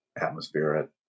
Atmosphere